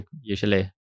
usually